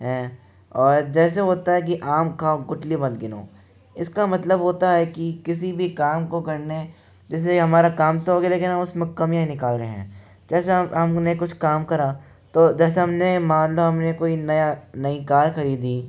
है और जैसे होता है कि आम खाओ गुठली मत गिनो इसका मतलब होता है कि किसी भी काम को करने जैसे हमारा काम तो हो गया लेकिन हम उसमें कमियाँ निकाल रहे हैं जैसे हम हमने कुछ काम करा तो जैसे हमने मान लो हमने नया नई कार खरीदी